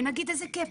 ונגיד איזה כיף,